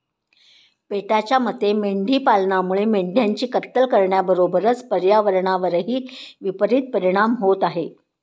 पेटाच्या मते मेंढी पालनामुळे मेंढ्यांची कत्तल करण्याबरोबरच पर्यावरणावरही विपरित परिणाम होत आहे